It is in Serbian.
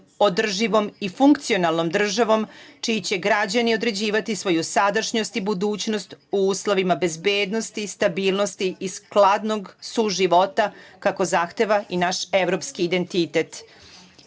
održivom i funkcionalnom državom čiji će građani određivati svoju sadašnjost i budućnost u uslovima bezbednosti, stabilnosti i skladnog suživota kako zahteva i naš evropski identitet. Naši